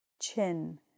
Chin